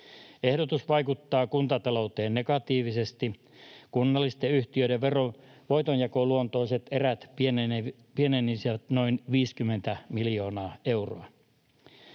Ehdotus vaikuttaa kuntatalouteen negatiivisesti. Kunnallisten yhtiöiden voitonjakoluontoiset erät pienenisivät noin 50 miljoonaa euroa.